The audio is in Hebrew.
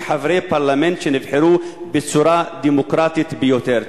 כחברי פרלמנט שנבחרו בצורה דמוקרטית ביותר.